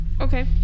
Okay